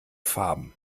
farben